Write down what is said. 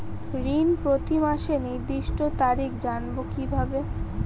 ঋণ প্রতিমাসের নির্দিষ্ট তারিখ জানবো কিভাবে?